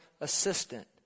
assistant